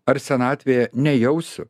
ar senatvėje nejausiu